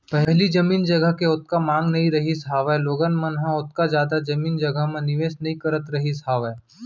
पहिली जमीन जघा के ओतका मांग नइ रहिस हावय लोगन मन ह ओतका जादा जमीन जघा म निवेस नइ करत रहिस हावय